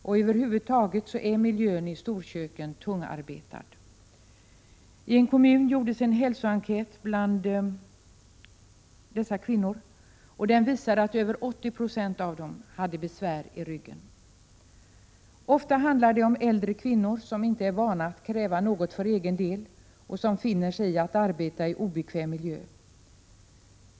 Det är över huvud taget en tungarbetad miljö i storköken. I en kommun gjordes en hälsoenkät bland dessa kvinnor, och den visade att över 80 760 hade besvär i ryggen. Ofta handlar det om äldre kvinnor som inte är vana att kräva något för egen del och som finner sig i att arbeta i obekväm miljö.